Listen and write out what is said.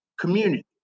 community